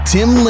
Tim